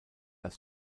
als